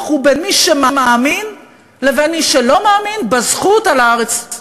הוא בין מי שמאמין לבין מי שלא מאמין בזכות על הארץ.